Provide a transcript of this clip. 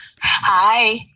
Hi